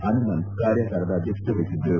ಹನುಮಂತ್ ಕಾರ್ಯಾಗಾರದ ಅಧ್ಯಕ್ಷತೆ ವಹಿಸಿದ್ದರು